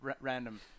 random